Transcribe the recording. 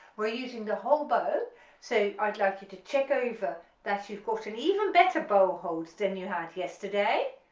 we're using the whole bow so i'd like you to check over that you've got an even better bow hold than you had yesterday,